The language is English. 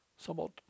Somewhat